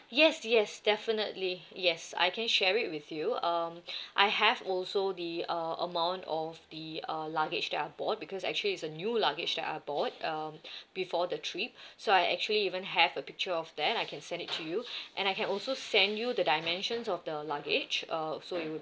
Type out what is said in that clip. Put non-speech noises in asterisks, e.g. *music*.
yes yes definitely yes I can share it with you um *breath* I have also the uh amount of the uh luggage that I bought because actually it's a new luggage that I bought um before the trip so I actually even have a picture of that I can send it to you and I can also send you the dimensions of the luggage uh so it would